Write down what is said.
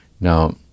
Now